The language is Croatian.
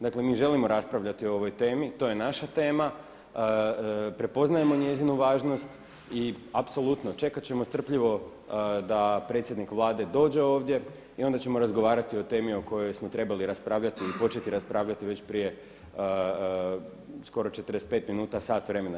Dakle mi želimo raspravljati o ovoj temi, to je naša tema, prepoznajemo njezinu javnost i apsolutno čekat ćemo strpljivo da predsjednik Vlade dođe ovdje i onda ćemo razgovarati o temi o kojoj smo raspravljati i početi raspravljati već prije skoro 45 minuta, sat vremena.